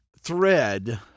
thread